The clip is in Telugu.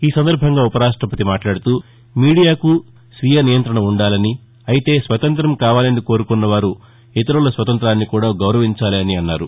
ఈ సందర్భంగా ఉపరాష్టపతి మాట్లాడుతూ మీడియాకు స్వీయనియంత్రణ ఉండాలని అయితే స్వతంత్రం కావాలని కోరుకున్నవారు ఇతరుల స్వతంత్రాన్ని కూడా గౌరవించాలి అని అన్నారు